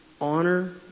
honor